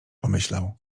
pomyślał